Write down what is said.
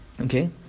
Okay